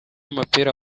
amapera